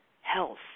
health